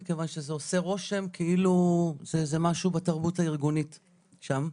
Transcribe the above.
מכיוון שזה עושה רושם כאילו זה איזה משהו בתרבות הארגונית שם.